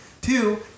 Two